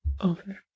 over